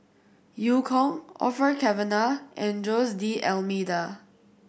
Eu Kong Orfeur Cavenagh and Jose D'Almeida